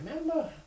remember